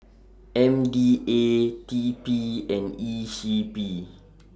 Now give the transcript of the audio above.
M D A T P and E C P